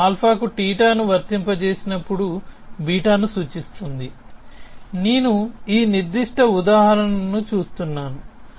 నేను α కు θ ను వర్తింపజేసినప్పుడు β ను సూచిస్తుంది నేను ఈ నిర్దిష్ట ఉదాహరణను చూస్తున్నాను